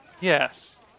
yes